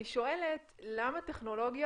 אני שואלת: למה טכנולוגיה,